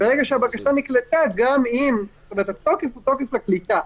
ברגע שהבקשה נקלטה, התוקף הוא תוקף הקליטה.